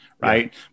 right